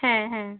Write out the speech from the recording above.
হ্যাঁ হ্যাঁ